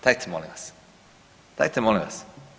Dajte molim vas, dajte molim vas.